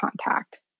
contact